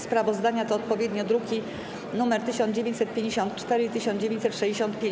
Sprawozdania te to odpowiednio druki nr 1954 i 1965.